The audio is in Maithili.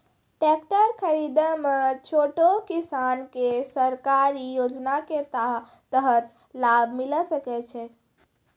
टेकटर खरीदै मे छोटो किसान के सरकारी योजना के तहत लाभ मिलै सकै छै?